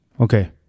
Okay